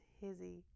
Hizzy